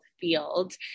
field